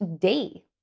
day